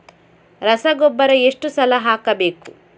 ರಸಗೊಬ್ಬರ ಎಷ್ಟು ಸಲ ಹಾಕಬೇಕು?